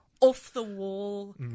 off-the-wall